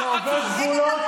כאמור,